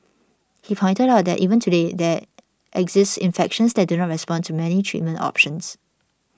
he pointed out that even today there exist infections that do not respond to many treatment options